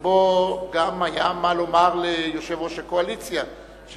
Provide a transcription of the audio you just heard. שבו גם ליושב-ראש הקואליציה היה מה לומר,